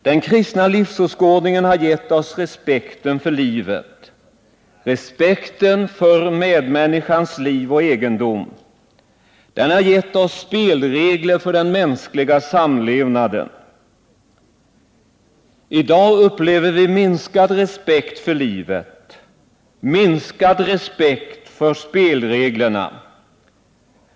Den kristna livsåskådningen har gett oss respekt för livet, respekt för medmänniskans liv och egendom, och den har gett oss spelregler för den mänskliga samlevnaden. I dag upplever vi minskad respekt för livet och minskad respekt för spelreglerna.